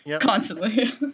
Constantly